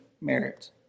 merit